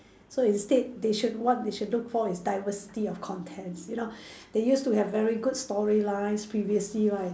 so instead they should what they should look for is diversity of contents you know they use to have very good storylines previously right